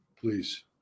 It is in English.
please